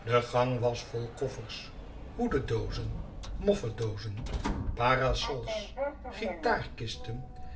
de gang was vol koffers hoededozen moffedozen parasols guitarkisten